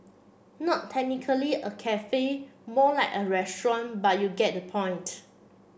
not technically a cafe more like a restaurant but you get the point